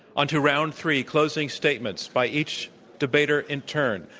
on to round three, closing statements by each debater in turn.